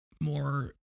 more